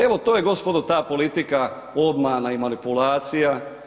Evo, to je gospodo ta politika obmana i manipulacija.